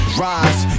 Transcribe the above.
rise